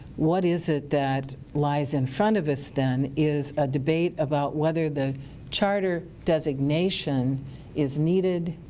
what is it that lies in front of us then is a debate about whether the charter designation is needed,